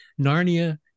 narnia